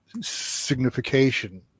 signification